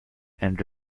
and